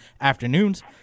afternoons